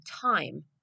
time